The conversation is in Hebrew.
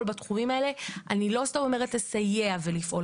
בתחומים האלה אני לא סתם אומרת "לסייע ולפעול",